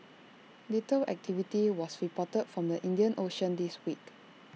little activity was reporter from the Indian ocean this week